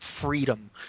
freedom